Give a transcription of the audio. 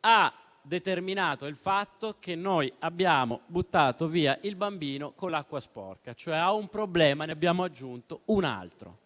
ha determinato il fatto che abbiamo buttato via il bambino con l'acqua sporca, cioè a un problema ne abbiamo aggiunto un altro.